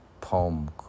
poem